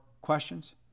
questions